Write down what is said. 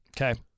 Okay